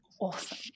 Awesome